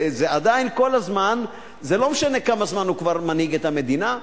לא משנה כמה זמן הוא כבר מנהיג את המדינה,